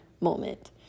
moment